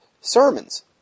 sermons